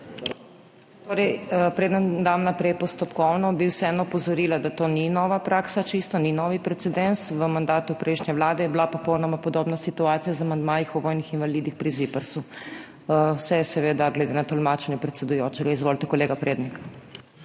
HOT:** Preden dam naprej postopkovno, bi vseeno opozorila, da to ni čisto nova praksa, ni novi precedens. V mandatu prejšnje vlade je bila popolnoma podobna situacija z amandmaji o vojnih invalidih pri ZIPRS. Vse je seveda glede na tolmačenje predsedujočega. Izvolite, kolega Prednik.